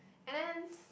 and then